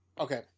Okay